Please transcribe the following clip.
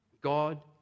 God